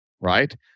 right